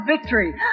victory